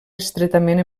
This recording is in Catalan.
estretament